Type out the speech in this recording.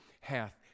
hath